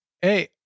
hey